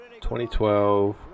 2012